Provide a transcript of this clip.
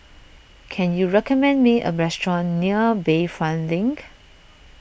can you recommend me a restaurant near Bayfront Link